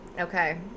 Okay